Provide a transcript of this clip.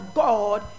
god